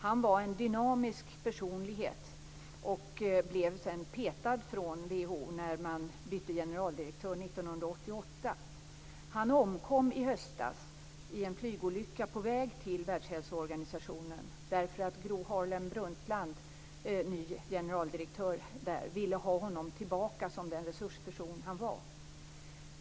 Han var en dynamisk personlighet, men blev petad från WHO när man bytte generaldirektör 1988. Han omkom i höstas i en flygolycka på väg till Världshälsoorganisationen, därför att Gro Harlem Brundtland, ny generaldirektör, ville ha honom tillbaka som den resursperson han var.